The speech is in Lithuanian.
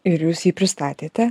ir jūs jį pristatėte